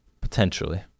Potentially